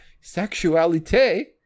sexuality